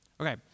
Okay